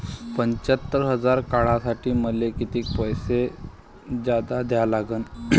पंच्यात्तर हजार काढासाठी मले कितीक पैसे जादा द्या लागन?